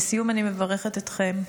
לסיום, אני מברכת אתכם,